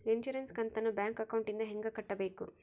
Insurance ಕಂತನ್ನ bank ಅಕೌಂಟಿಂದ ಹೆಂಗ ಕಟ್ಟಬೇಕು?